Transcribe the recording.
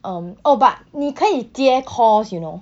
um oh but 你可以接 calls you know